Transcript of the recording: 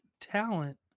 talent